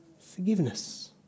forgiveness